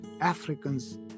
Africans